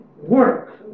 work